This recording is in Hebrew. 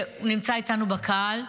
הוא נמצא איתנו בקהל,